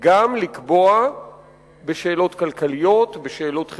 גם לקבוע בשאלות כלכליות, בשאלות חברתיות,